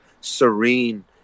serene